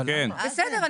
בסדר.